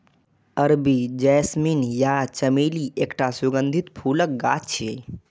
अरबी जैस्मीन या चमेली एकटा सुगंधित फूलक गाछ छियै